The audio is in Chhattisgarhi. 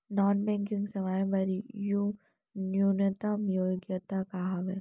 नॉन बैंकिंग सेवाएं बर न्यूनतम योग्यता का हावे?